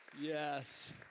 yes